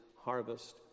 harvest